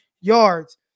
yards